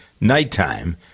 nighttime